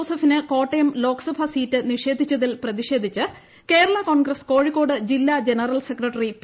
ജോസഫിന് കോട്ടയം ലോക്സഭാ സീറ്റ് നിഷേധിച്ചതിൽ പ്രതിഷേധിച്ച് കേരള കോൺഗ്രസ് കോഴിക്കോട് ജില്ലാ ജനറൽ സെക്രട്ടറി പി